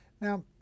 Now